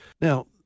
Now